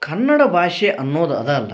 ಕನ್ನಡ ಭಾಷೆ ಅನ್ನೋದು ಅದ ಅಲ್ಲ